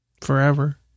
Forever